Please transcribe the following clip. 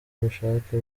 ubushake